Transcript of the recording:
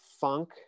funk